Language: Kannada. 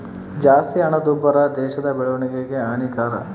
ಜಾಸ್ತಿ ಹಣದುಬ್ಬರ ದೇಶದ ಬೆಳವಣಿಗೆಗೆ ಹಾನಿಕರ